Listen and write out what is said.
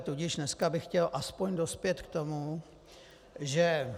Tudíž dneska bych chtěl aspoň dospět k tomu, že...